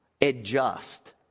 adjust